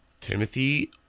Timothy